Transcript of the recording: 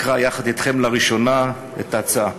אקרא יחד אתכם לראשונה את ההצעה.